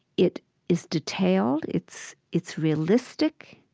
it is detailed, it's it's realistic,